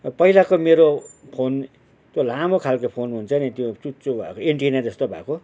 पहिलाको मेरो फोन त्यो लामो खालको फोन हुन्छ नि त्यो चुच्चो भएको एन्टिना जस्तो भएको